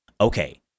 Okay